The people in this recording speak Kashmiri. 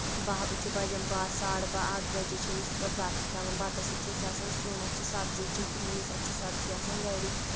بہہ چھِ بَجان بہہ ساڈٕ بہہ اکھ بَجے چھِ أسۍ پَتہٕ بَتہٕ کھٮ۪وان بَتَس سۭتۍ چھِ أسۍ آسان اَسہِ سیُن اَسہِ چھِ سَبزی أسۍ چھِ گریٖس اَسہِ چھِ سَبزی آسان گَری